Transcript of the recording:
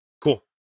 Cool